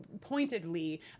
pointedly